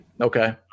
Okay